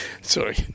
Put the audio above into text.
Sorry